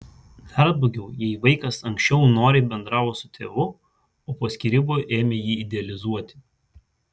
dar blogiau jei vaikas anksčiau noriai bendravo su tėvu o po skyrybų ėmė jį idealizuoti